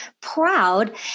proud